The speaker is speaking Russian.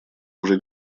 уже